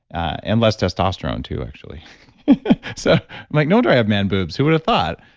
and less testosterone too actually so i'm like, no, do i have man boobs? who would've thought,